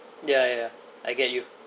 ya ya ya I get you